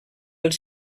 els